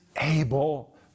able